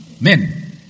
men